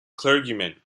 clergymen